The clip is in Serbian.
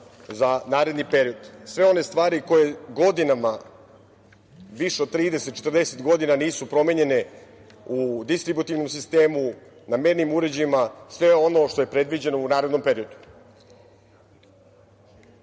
za naredni period. Sve one stvari koje godinama više od 30, 40 godina nisu promenjene u distributivnom sistemu, na mernim uređajima, sve ono što je predviđeno u narednom periodu. Jedna